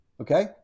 Okay